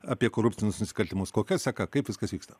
apie korupcinius nusikaltimus kokia seka kaip viskas vyksta